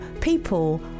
people